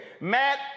Matt